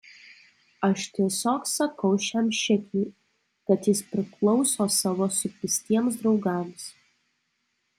aš tiesiog sakau šiam šikniui kad jis priklauso savo supistiems draugams